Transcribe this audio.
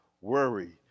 worry